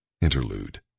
INTERLUDE